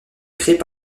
créées